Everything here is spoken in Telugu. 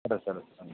సరే సరే